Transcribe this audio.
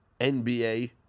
NBA